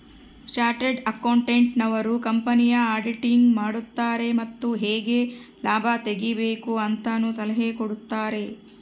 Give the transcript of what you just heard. chartered accountant ನವರು ಕಂಪನಿಯ auditing ಮಾಡುತಾರೆ ಮತ್ತು ಹೇಗೆ ಲಾಭ ತೆಗಿಬೇಕು ಅಂತನು ಸಲಹೆ ಕೊಡುತಾರೆ